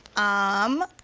um,